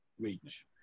reach